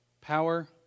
Power